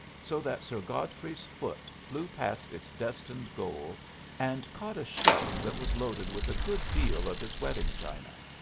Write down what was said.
so that sir godfrey's foot flew past its destined goal and caught a shelf that was loaded with a good deal of his wedding china.